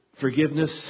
forgiveness